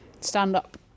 stand-up